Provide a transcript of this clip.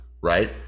right